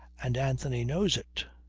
and anthony knows it.